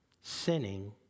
sinning